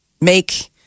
make